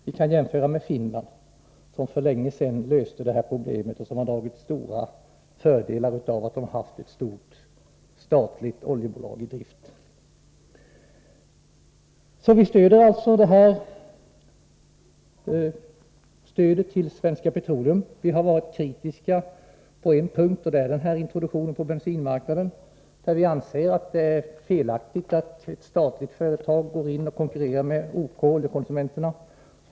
Vi kan jämföra med Finland som för länge sedan löste detta problem, och som har haft stora fördelar av att ha ett stort statligt oljebolag i drift. Vi är alltså positiva till stödet till Svenska Petroleum. Vi har varit kritiska på en punkt, och det gäller introduktionen på bensinmarknaden. Vi anser att det är felaktigt att ett statligt företag konkurrerar med Oljekonsumenterna.